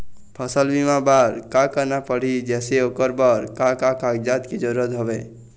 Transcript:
फसल बीमा बार का करना पड़ही जैसे ओकर बर का का कागजात के जरूरत हवे?